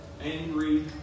angry